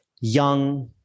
young